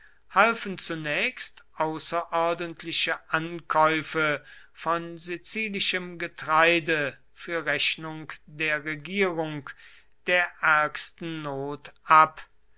halfen zunächst außerordentliche ankäufe von sizilischem getreide für rechnung der regierung der ärgsten not ab